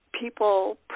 people